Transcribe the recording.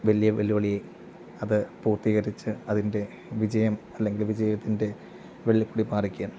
വലിയ വെല്ലുവിളി അത് പൂർത്തീകരിച്ച് അതിൻ്റെ വിജയം അല്ലെങ്കിൽ വിജയത്തിൻ്റെ വെള്ളിക്കൊടി പാറിക്കാൻ